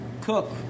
cook